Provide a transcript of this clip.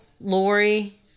Lori